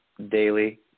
daily